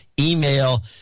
email